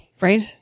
Right